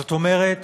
זאת אומרת